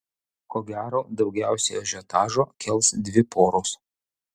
ko gero daugiausiai ažiotažo kels dvi poros